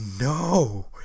No